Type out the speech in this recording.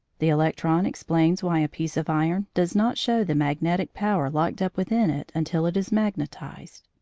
the electron explains why a piece of iron does not show the magnetic power locked up within it until it is magnetised.